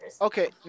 okay